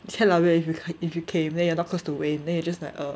if you ca~ if you came then you are not close to wayne then you are just like uh